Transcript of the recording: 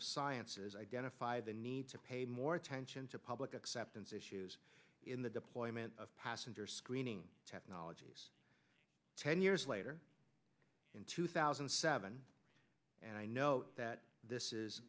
of science has identified the need to pay more attention to public acceptance issues in the deployment of passenger screening technologies ten years later in two thousand and seven and i note that this is